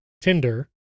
Tinder